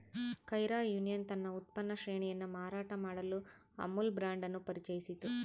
Kaira union ತನ್ನ ಉತ್ಪನ್ನ ಶ್ರೇಣಿಯನ್ನು ಮಾರಾಟ ಮಾಡಲು ಅಮುಲ್ ಬ್ರಾಂಡ್ ಅನ್ನು ಪರಿಚಯಿಸಿತು